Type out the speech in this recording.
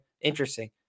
interesting